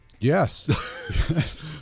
Yes